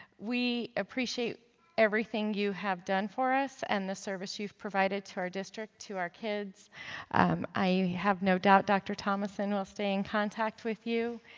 we appreciate everything you have done for us and the service you provided to our district, to our kids um i have no doubt dr. thomason will stay in contact with you.